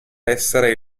essere